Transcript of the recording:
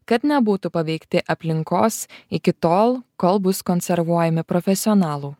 kad nebūtų paveikti aplinkos iki tol kol bus konservuojami profesionalų